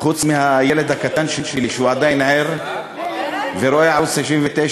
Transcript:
חוץ מהילד הקטן שלי, שהוא עדיין ער ורואה ערוץ 99,